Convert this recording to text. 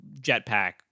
jetpack